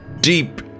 deep